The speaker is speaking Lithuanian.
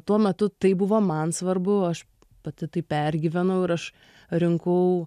tuo metu tai buvo man svarbu aš pati tai pergyvenau ir aš rinkau